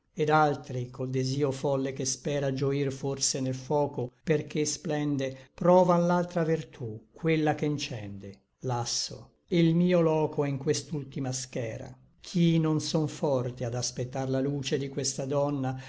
et altri col desio folle che spera gioir forse nel foco perché splende provan l'altra vertú quella che encende lasso e l mio loco è n questa ultima schera ch'i non son forte ad aspectar la luce di questa donna